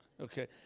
Okay